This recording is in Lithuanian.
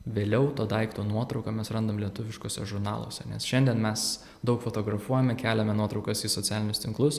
vėliau to daikto nuotrauką mes randam lietuviškuose žurnaluose nes šiandien mes daug fotografuojame keliame nuotraukas į socialinius tinklus